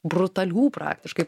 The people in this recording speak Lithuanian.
brutalių praktiškai